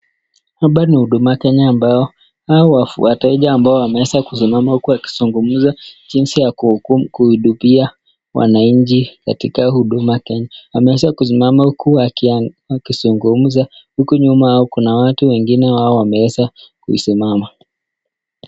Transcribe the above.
Hapa ni Huduma Kenya ambao hawa wateja ambao wameeza kusimama uku wakizungumza jinsi ya kuhudumia wananchi katika Huduma Kenya. Wameeza kusimama uku wakizungumza huku nyuma kuna watu wengine wao wameeza kusimama.